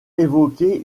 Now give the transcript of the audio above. évoquer